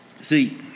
See